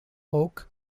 oak